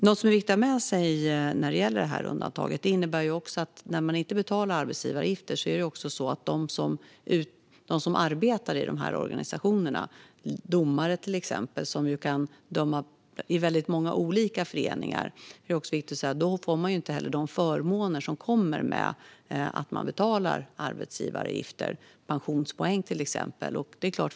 Något som är viktigt att ha med sig när det gäller det här undantaget är att om man inte betalar arbetsgivaravgifter får inte de som arbetar i de här organisationerna, till exempel domare som kan döma i många olika föreningar, de förmåner som kommer med att man betalar arbetsgivaravgifter, till exempel pensionspoäng.